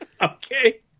Okay